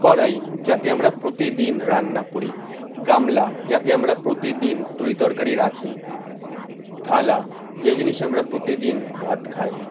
কড়াই যাতে আমরা প্রতিদিন রান্না করি গামলা যাতে আমরা প্রতিদিন তরি তরকারি রাখি থালা যে জিনিসে আমরা প্রতিদিন ভাত খাই